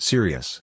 Serious